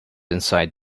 inside